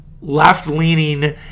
left-leaning